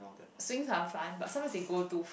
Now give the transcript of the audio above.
swings are fun but sometimes they go too